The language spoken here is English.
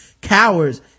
cowards